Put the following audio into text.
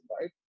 right